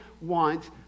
want